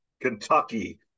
Kentucky